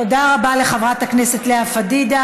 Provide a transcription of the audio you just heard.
תודה רבה לחברת הכנסת לאה פדידה.